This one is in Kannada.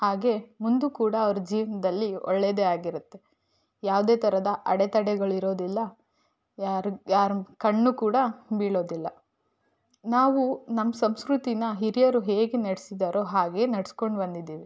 ಹಾಗೆ ಮುಂದೂ ಕೂಡ ಅವರ ಜೀವನದಲ್ಲಿ ಒಳ್ಳೆಯದೆ ಆಗಿರತ್ತೆ ಯಾವುದೇ ಥರದ ಅಡೆತಡೆಗಳಿರೋದಿಲ್ಲ ಯಾರಿಗೆ ಯಾರ ಕಣ್ಣು ಕೂಡ ಬೀಳೋದಿಲ್ಲ ನಾವು ನಮ್ಮ ಸಂಸ್ಕೃತಿನ ಹಿರಿಯರು ಹೇಗೆ ನಡೆಸಿದ್ದಾರೊ ಹಾಗೆ ನಡ್ಸ್ಕೊಂಡು ಬಂದಿದ್ದೀವಿ